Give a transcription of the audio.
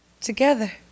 together